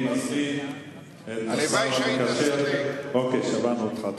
תודה לחבר הכנסת דב חנין.